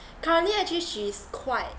currently actually she's quite